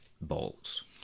balls